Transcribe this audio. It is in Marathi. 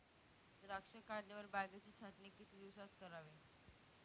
द्राक्षे काढल्यावर बागेची छाटणी किती दिवसात करावी?